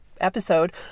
episode